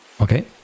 okay